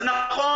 אז נכון,